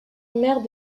maire